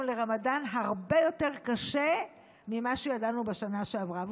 לרמדאן הרבה יותר קשה ממה שידענו בשנה שעברה.